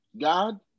God